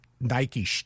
Nike